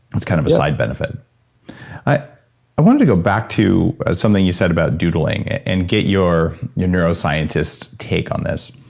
it's kind of a side benefit yes i wanted to go back to something you said about doodling, and get your your neuroscientist take on this.